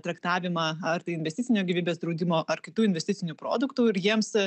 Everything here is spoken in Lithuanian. traktavimą ar tai investicinio gyvybės draudimo ar kitų investicinių produktų ir jiems